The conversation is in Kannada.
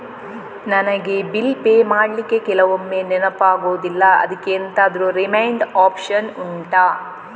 ನನಗೆ ಬಿಲ್ ಪೇ ಮಾಡ್ಲಿಕ್ಕೆ ಕೆಲವೊಮ್ಮೆ ನೆನಪಾಗುದಿಲ್ಲ ಅದ್ಕೆ ಎಂತಾದ್ರೂ ರಿಮೈಂಡ್ ಒಪ್ಶನ್ ಉಂಟಾ